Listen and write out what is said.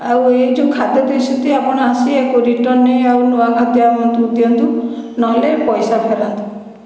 ଆଉ ଏଇ ଯେଉଁ ଖାଦ୍ୟ ଦେଇଛନ୍ତି ଆପଣ ଆସି ଏହାକୁ ରିଟର୍ଣ୍ଣ ନେଇ ଆଉ ନୂଆ ଖାଦ୍ୟ ଦିଅନ୍ତୁ ନହେଲେ ପଇସା ଫେରାନ୍ତୁ